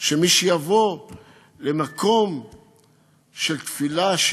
שמישהו יבוא למקום של תפילה,